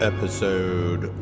Episode